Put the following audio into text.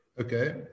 Okay